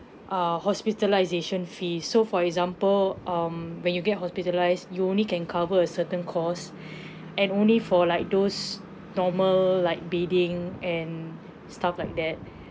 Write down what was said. err hospitalisation fees so for example um when you get hospitalised you only can cover a certain cost and only for like those normal like bedding and stuff like that